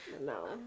No